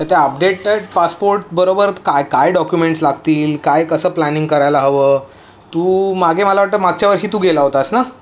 तर त्या update passport बरोबर काय काय डॉक्युमेंट्स लागतील काय कसं प्लॅनिंग करायला हवं तू मागे मला वाटतं मागच्या वर्षी तू गेला होताच ना